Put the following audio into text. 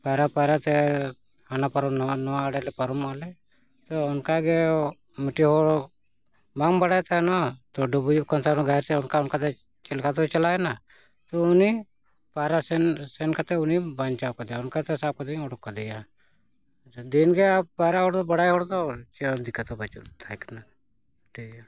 ᱯᱟᱭᱨᱟ ᱯᱟᱭᱨᱟ ᱛᱮ ᱦᱟᱱᱟ ᱯᱟᱨᱚᱢ ᱱᱚᱣᱟ ᱟᱲᱮ ᱞᱮ ᱯᱟᱨᱚᱢᱚᱜ ᱟᱞᱮ ᱛᱳ ᱚᱱᱠᱟ ᱜᱮ ᱢᱤᱫᱴᱤᱡ ᱦᱚᱲ ᱵᱟᱝ ᱵᱟᱲᱟᱭ ᱛᱟᱦᱮᱱᱚᱜᱼᱟ ᱛᱳ ᱰᱩᱵᱩᱡᱚᱜ ᱠᱟᱱ ᱛᱟᱦᱮᱱᱚᱜᱼᱟ ᱜᱷᱟᱴ ᱨᱮ ᱚᱱᱠᱟ ᱚᱱᱠᱟᱛᱮ ᱪᱮᱫ ᱞᱮᱠᱟ ᱪᱚᱭ ᱪᱟᱞᱟᱣ ᱮᱱᱟ ᱛᱳ ᱩᱱᱤ ᱯᱟᱭᱨᱟ ᱥᱮᱱ ᱥᱮᱱ ᱠᱟᱛᱮᱫ ᱩᱱᱤᱢ ᱵᱟᱧᱪᱟᱣ ᱠᱟᱫᱮᱭᱟ ᱚᱱᱠᱟᱛᱮ ᱥᱟᱵ ᱠᱟᱛᱮᱫᱤᱧ ᱩᱰᱩᱠ ᱠᱟᱫᱮᱭᱟ ᱟᱪᱪᱷᱟ ᱫᱤᱱ ᱜᱮ ᱯᱟᱭᱨᱟ ᱦᱚᱲ ᱫᱚ ᱵᱟᱲᱟᱭ ᱦᱚᱲ ᱫᱚ ᱪᱮᱫ ᱫᱤᱠᱟᱹᱛᱦᱚᱸ ᱵᱟᱹᱱᱩᱜ ᱛᱟᱦᱮᱸ ᱠᱟᱱᱟ ᱴᱷᱤᱠ ᱜᱮᱭᱟ